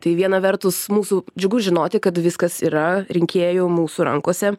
tai viena vertus mūsų džiugu žinoti kad viskas yra rinkėjų mūsų rankose